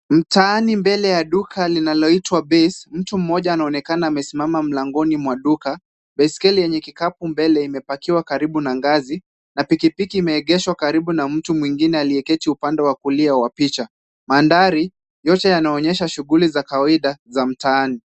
Mtaani mbele ya duka linaloitwa Base, mtu mmoja anaonekana amesimama mlangoni mwa duka. Baiskeli yenye kikapu mbele imepakiwa karibu na ngazi na pikipiki imeegeshwa karibu na mtu mwingine aliyeketi upande wa kulia wa picha. Mandhari yote yanaonyesha shughuli za kawaida za mtaani.